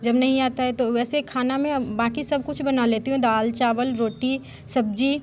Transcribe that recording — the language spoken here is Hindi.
जब नहीं आता है तो वैसे खाना में बाकि सब कुछ बना लेती हूँ दाल चावल रोटी सब्जी